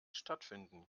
stattfinden